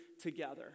together